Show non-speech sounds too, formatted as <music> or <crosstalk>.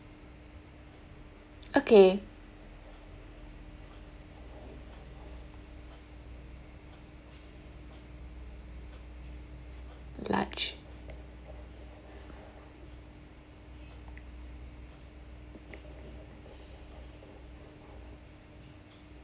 okay lunch <breath>